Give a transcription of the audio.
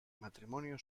matrimonio